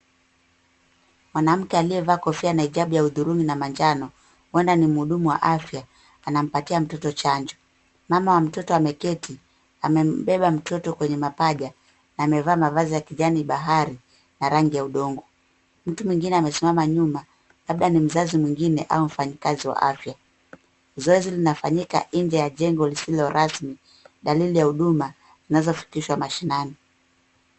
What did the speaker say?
Mwanamke aliyevaa kofia na hijabu ya hudhurungi na manjano. Huenda ni mhudumu wa afya anampatia mtoto chanjo. Mama wa mtoto ameketi amembeba mtoto kwenye mapaja na amevaa mavazi ya kijani bahari na rangi ya udongo. Mtu mwingine amesimama nyuma labda ni mzazi mwingine au mfanyikazi wa afya. Zoezi linafanyika kat nje ya jengo lisilo rasmi dalili ya huduma zinazofikishwa mashinani.